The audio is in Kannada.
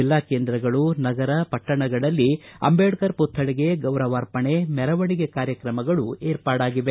ಜಿಲ್ಲಾ ಕೇಂದ್ರಗಳು ನಗರ ಪಟ್ಟಣಗಳಲ್ಲಿ ಅಂಬೇಡ್ಕರ್ ಪುಕ್ತಳಿಗಳಿಗೆ ಗೌರವಾರ್ಪಣೆ ಮೆರವಣಿಗೆ ಕಾರ್ಯಕ್ರಮಗಳು ಏರ್ಪಾಡಾಗಿವೆ